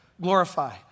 glorify